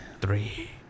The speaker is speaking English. Three